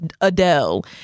Adele